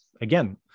again